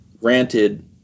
granted